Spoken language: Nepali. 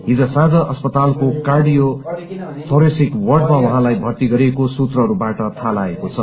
हिज साँझ अस्पतालको कार्डियो थोरेसिक वार्डमा उहाँलाई भर्ती गरिएको सूत्रहरूबाट थााह लागेको छ